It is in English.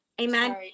amen